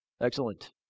Excellent